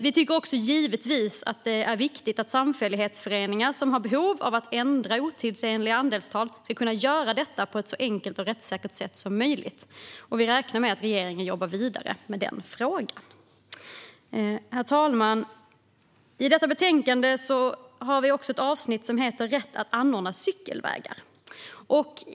Vi tycker givetvis att det är viktigt att samfällighetsföreningar som har behov av att ändra otidsenliga andelstal ska kunna göra detta på ett så enkelt och rättssäkert sätt som möjligt, och vi räknar med att regeringen jobbar vidare med den frågan. Herr talman! I detta betänkande finns också ett avsnitt som heter "Rätt att anordna cykelvägar".